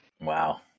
Wow